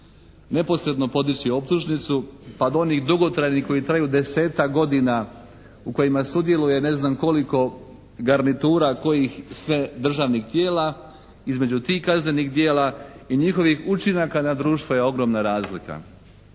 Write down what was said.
neposredno podići optužnicu pa do onih dugotrajnih koji traju desetak godina u kojima sudjeluje ne znam koliko garnitura kojih sve državnih tijela, između tih kaznenih djela i njihovih učinaka na društvo je ogromna razlika